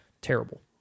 Terrible